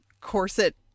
corset